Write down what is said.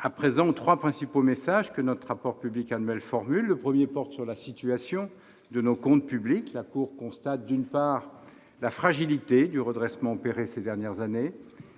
à présent aux trois principaux messages que notre rapport public annuel formule. Le premier porte sur la situation de nos comptes publics. La Cour constate, d'une part, la fragilité du redressement opéré ces dernières années